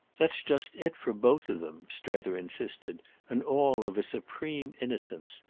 that's just it, for both of them, strether insisted and all of a supreme innocence.